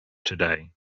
today